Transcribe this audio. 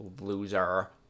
Loser